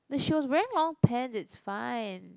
she was wearing long pants it's fine